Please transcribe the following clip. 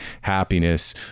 happiness